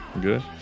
good